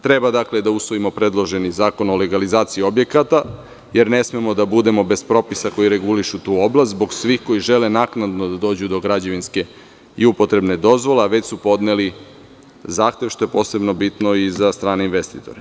Treba da usvojimo predloženi Zakon o legalizaciji objekata, jer ne smemo da budemo bez propisa koji regulišu tu oblast zbog svih koji žele naknadno da dođu do građevinske i upotrebne dozvole, a već su podneli zahtev, što je posebno bitno i za strane investitore.